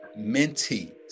mentees